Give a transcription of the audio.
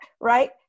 right